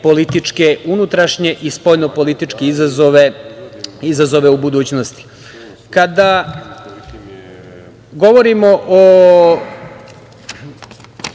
političke, unutrašnje i spoljnopolitičke izazove, izazove u budućnosti. Kada govorimo o